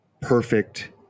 perfect